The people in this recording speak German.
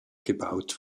gebaut